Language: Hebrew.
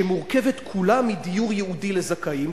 שמורכבת כולה מדיור ייעודי לזכאים,